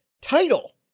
Title